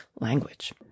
language